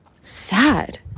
sad